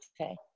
okay